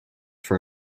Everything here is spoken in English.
for